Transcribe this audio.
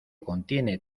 contiene